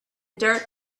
dirt